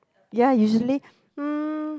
ya usually mm